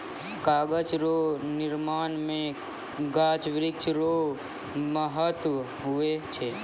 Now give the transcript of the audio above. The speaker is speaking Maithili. कागज रो निर्माण मे गाछ वृक्ष रो महत्ब हुवै छै